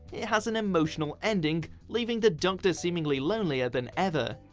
it has an emotional ending leaving the doctor seeming lonelier than ever.